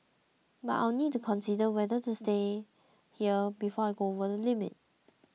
but I'll need to consider whether to stay here before I go over the limit